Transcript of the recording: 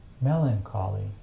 melancholy